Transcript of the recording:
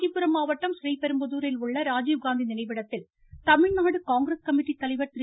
காஞ்சிபுரம் மாவட்டம் றீபெரும்புதாரில் உள்ள ராஜீவ் காந்தி நினைவிடத்தில் தமிழ்நாடு காங்கிரஸ் கமிட்டி தலைவர் திரு